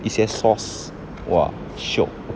一些 sauce !wah! shiok